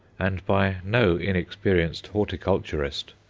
and by no inexperienced horticulturist,